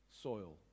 soil